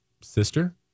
sister